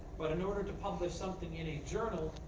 but in order to publish something in a journal,